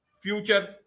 future